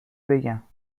بگم